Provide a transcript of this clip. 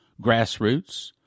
grassroots